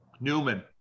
Newman